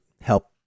help